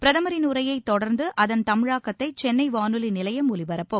பிரதமின் உரையைத் தொடர்ந்து அதன் தமிழாக்கத்தை சென்னை வானொலி நிலையம் ஒலிபரப்பும்